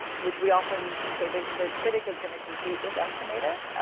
which we often say the the critic is going to compute this estimator,